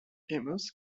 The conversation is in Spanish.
hemos